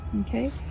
Okay